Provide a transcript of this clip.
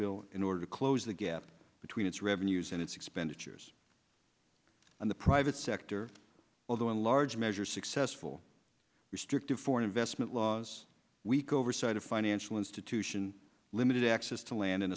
bill in order to close the gap between its revenues and its expenditures in the private sector although in large measure successful restrictive foreign investment laws weak oversight of financial institution limited access to land in